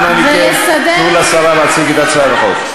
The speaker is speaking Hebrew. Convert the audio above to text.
אנא מכם, תנו לשרה להציג את הצעת החוק.